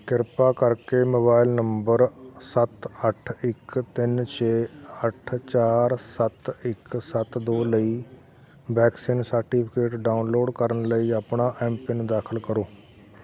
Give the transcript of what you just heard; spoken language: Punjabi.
ਕਿਰਪਾ ਕਰਕੇ ਮੋਬਾਈਲ ਨੰਬਰ ਸੱਤ ਅੱਠ ਇੱਕ ਤਿੰਨ ਛੇ ਅੱਠ ਚਾਰ ਸੱਤ ਇੱਕ ਸੱਤ ਦੋ ਲਈ ਵੈਕਸੀਨ ਸਰਟੀਫਿਕੇਟ ਡਾਊਨਲੋਡ ਕਰਨ ਲਈ ਆਪਣਾ ਐੱਮਪਿੰਨ ਦਾਖਲ ਕਰੋ